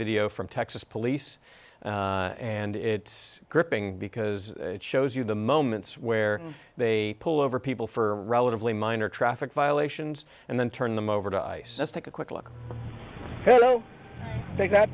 video from texas police and it's gripping because it shows you the moments where they pull over people for relatively minor traffic violations and then turn them over to ice just take a quick